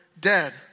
dead